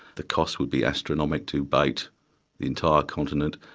the cost would be astronomic to bait entire continent,